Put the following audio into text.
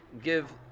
give